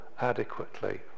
adequately